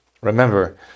remember